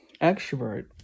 extrovert